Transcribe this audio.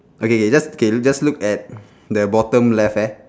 okay okay just okay just look at the bottom left hand